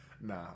Nah